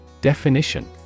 Definition